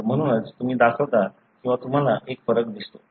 तर म्हणूनच तुम्ही दाखवता किंवा तुम्हाला एक फरक दिसतो